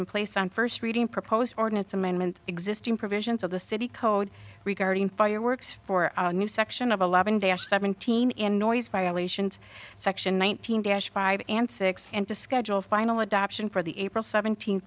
in place on first reading proposed ordinance amendment existing provisions of the city code regarding fireworks for a new section of the law and they are seventeen in noise violations section one thousand five and six and to schedule final adoption for the april seventeenth